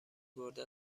برده